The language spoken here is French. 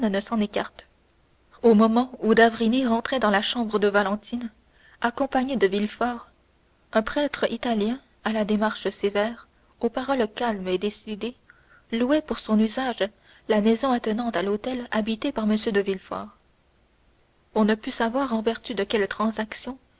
au moment où d'avrigny rentrait dans la chambre de valentine accompagnée de villefort un prêtre italien à la démarche sévère aux paroles calmes et décidées louait pour son usage la maison attenante à l'hôtel habité par m de villefort on ne put savoir en vertu de quelle transaction